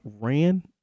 ran